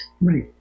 right